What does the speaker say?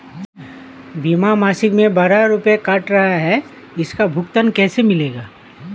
बीमा मासिक में बारह रुपय काट रहा है इसका भुगतान कैसे मिलेगा?